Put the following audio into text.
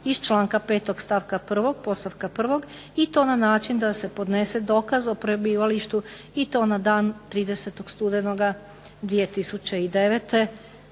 iz članka 5. stavka 1. podstavka prvog i to na način da se podnese dokaz o prebivalištu i to na dan 30. studenoga 2009.